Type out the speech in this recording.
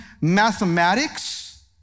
mathematics